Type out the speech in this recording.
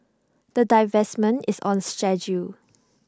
the divestment is on schedule